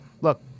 look